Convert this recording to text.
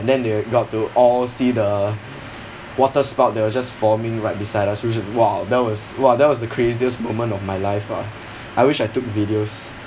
then they got to all see the water spout that was just forming right beside us which was !wow! that was !wah! that was the craziest moment of my life ah I wish I took videos